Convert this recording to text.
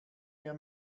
mehr